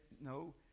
no